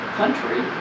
country